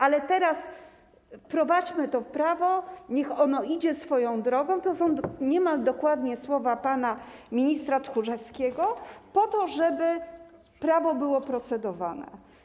Ale teraz wprowadźmy to prawo, niech ono idzie swoją drogą - to są niemal dokładnie słowa pana ministra Tchórzewskiego - po to, żeby prawo było procedowane.